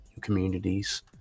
communities